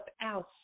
out